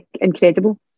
incredible